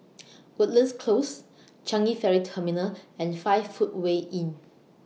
Woodlands Close Changi Ferry Terminal and five Footway Inn